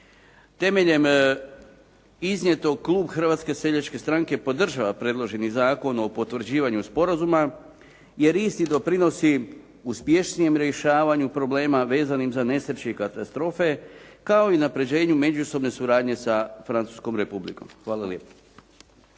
Temeljem iznijetog klub Hrvatske seljačke stranke podržava predloženi Zakon o potvrđivanju sporazuma, jer isti doprinosi uspješnijem rješavanju problema vezanim za nesreće i katastrofe, kao i unapređenju međusobne suradnje sa Francuskom Republikom. Hvala.